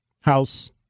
house